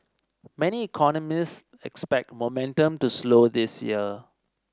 many economists expect momentum to slow this year